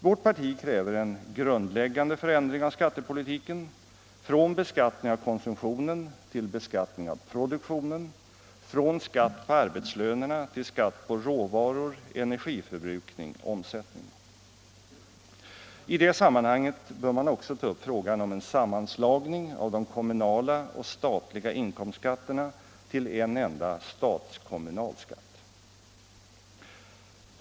Vårt parti kräver en grundläggande förändring av skattepolitiken: från beskattning av konsumtionen till beskattning av produktionen, från skatt på arbetslönerna till skatt på råvaror, energiförbrukning och omsättning. I det sammanhanget bör man också ta upp frågan om en sammanslagning av de kommunala och statliga inkomstskatterna till en enda statskommunal skatt.